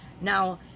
Now